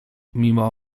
mimo